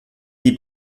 die